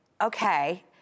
okay